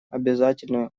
обязательную